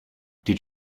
did